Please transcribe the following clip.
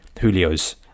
Julio's